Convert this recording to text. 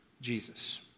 Jesus